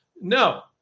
No